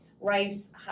rice